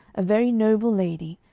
a very noble lady,